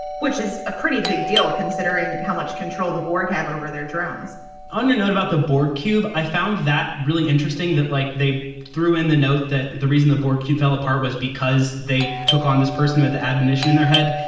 which is a pretty big deal considering how much control the borg have over their drones on your note about the board cube, i found that really interesting that like they threw in the note that that the reason the borg cube fell apart was because they took on this person with the admonition in their head.